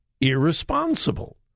irresponsible